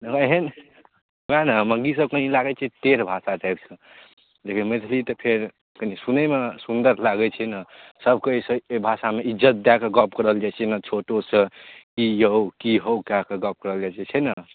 एहन नहि नहि मगही सब तनी लागै छै टेढ़ भाषा टाइपके लेकिन मैथिली तऽ फेर कनि सुनैमे सुन्दर लागै छै ने सबके एहि भाषामे इज्जत दऽ कऽ गप करल जाइ छै ने जेना छोटोसँ कि औ कि हौ कऽ कऽ गप करल जाइ छै छै ने